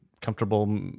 comfortable